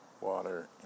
water